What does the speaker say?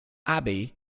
abbey